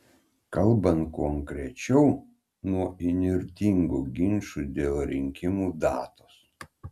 kalbant konkrečiau nuo įnirtingų ginčų dėl rinkimų datos